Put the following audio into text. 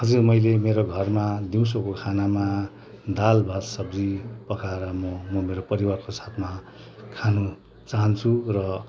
हजुर मैले मेरो घरमा दिउँसोको खानामा दाल भात सब्जी पकाएर म मेरो परिवारको साथमा खानु चाहन्छु र